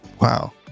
wow